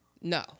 No